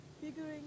Figuring